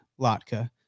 Latka